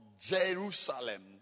Jerusalem